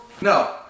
No